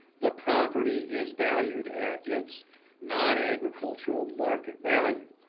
the property is valued at its non-agricultural market value.